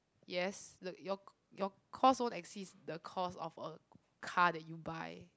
yes look your your cost won't exist the cost of a car that you buy